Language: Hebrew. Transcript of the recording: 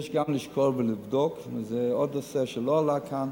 יש גם לשקול ולבדוק, וזה עוד נושא שלא עלה כאן,